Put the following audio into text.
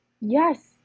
Yes